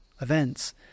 events